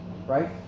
Right